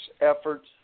efforts